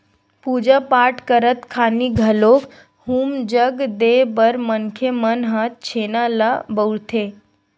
पूजा पाठ करत खानी घलोक हूम जग देय बर मनखे मन ह छेना ल बउरथे